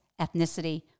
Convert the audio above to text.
ethnicity